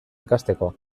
ikasteko